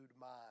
mind